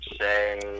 say